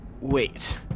Wait